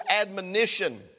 admonition